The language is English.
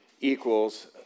equals